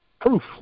Proof